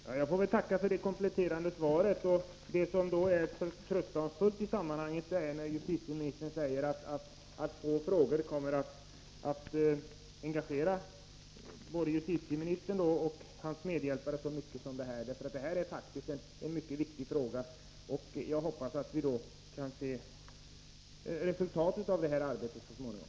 Herr talman! Jag får tacka för det kompletterande svaret. Vad som inger förtröstan i sammanhanget är att justitieministern säger att få frågor engagerar både justitieministern och hans medhjälpare så mycket som denna. Det här är ju faktiskt en mycket viktig fråga, och jag hoppas att vi kommer att se resultatet av detta arbete så småningom.